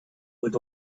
would